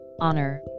honor